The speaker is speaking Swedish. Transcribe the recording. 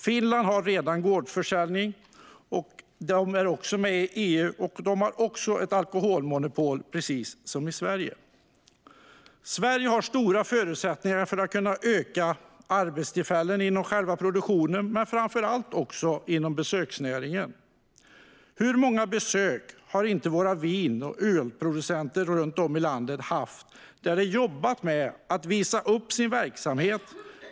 Finland, som också är med i EU, har redan gårdsförsäljning. De har också ett alkoholmonopol, precis som Sverige. Sverige har stora förutsättningar att öka arbetstillfällena inom själva produktionen men framför allt inom besöksnäringen. Hur många besök har inte våra vin eller ölproducenter runt om i landet, där de jobbar med att visa upp sin verksamhet?